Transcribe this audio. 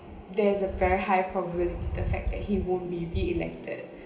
there is a very high probability the fact that he won't be re-elected